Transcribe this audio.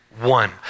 one